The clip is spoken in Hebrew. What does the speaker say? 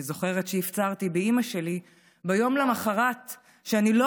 אני זוכרת שהפצרתי באימא שלי ביום למוחרת שאני לא